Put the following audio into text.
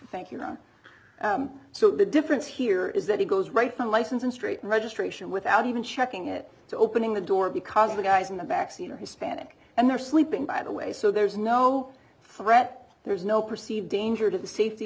thank you so the difference here is that it goes right from licensing straight registration without even checking it to opening the door because the guys in the backseat are hispanic and they're sleeping by the way so there's no threat there's no perceived danger to the safety